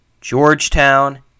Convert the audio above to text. Georgetown